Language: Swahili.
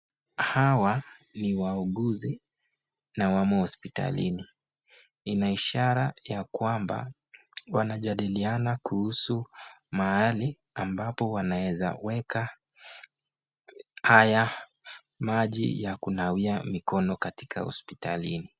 Haya ni wauuguzi na wamo hospitalini. Ina ishara ya kwamba wanajadiliana kuhusu mahali wanaeza haya weka maji haya ya kunawia mikono hapa katika hospitalini.